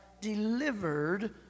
delivered